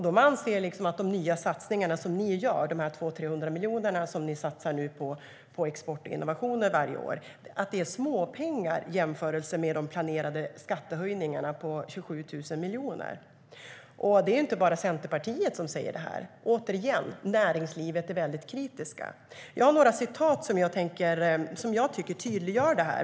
De anser att de nya satsningarna som ni gör, de 200-300 miljonerna på export och innovationer varje år, är småpengar i jämförelse med de planerade skattehöjningarna på 27 000 miljoner. Det är inte bara Centerpartiet som säger det här. Återigen: Näringslivet är väldigt kritiskt mot detta. Jag har ett par citat som jag tycker tydliggör det.